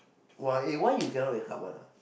why you cannot wake up one